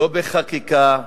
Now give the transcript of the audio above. לא בחקיקה,